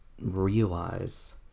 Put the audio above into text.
realize